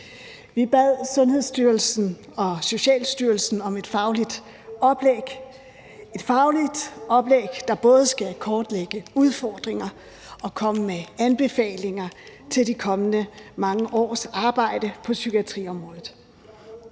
Vi bad Sundhedsstyrelsen og Socialstyrelsen om et fagligt oplæg – et fagligt oplæg, der både skulle kortlægge udfordringer og komme med anbefalinger til de kommende mange års arbejde på psykiatriområdet.